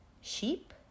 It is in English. Sheep